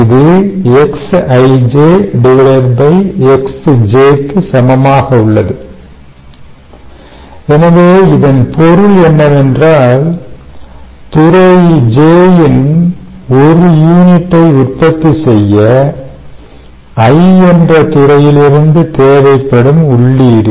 இது Xij Xj க்கு சமமாக உள்ளது எனவே இதன் பொருள் என்னவென்றால் துறை j இன் 1 யூனிட்டை உற்பத்தி செய்ய i என்ற துறையிலிருந்து தேவைப்படும் உள்ளீடு